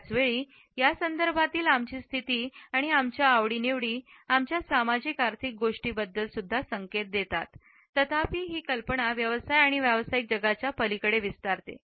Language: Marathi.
त्याच वेळी या संदर्भातील आमची स्थिती आणि आमच्या आवडी निवडी आमच्या सामाजिक आर्थिक गोष्टींबद्दल संकेत देतात तथापि ही कल्पना व्यवसाय आणि व्यावसायिक जगाच्या पलीकडे विस्तारते